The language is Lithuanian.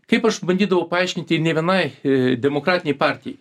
kaip aš bandydavau paaiškinti ne vienai a demokratinei partijai